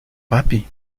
papi